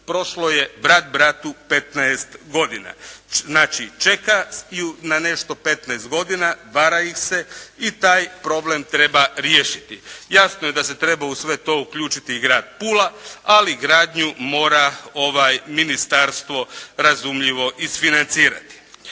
prošlo je brat bratu 15 godina. Znači čekaju na nešto 15 godina, vara ih se i taj problem treba riješiti. Jasno je da se treba u sve to uključiti i grad Pula, ali gradnju mora ministarstvo razumljivo isfinancirati.